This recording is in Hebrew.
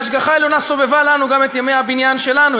וההשגחה העליונה סובבה לנו גם את ימי הבניין שלנו,